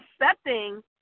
accepting